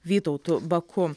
vytautu baku